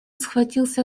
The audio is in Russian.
схватился